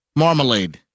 marmalade